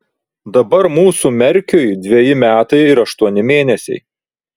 dabar mūsų merkiui dveji metai ir aštuoni mėnesiai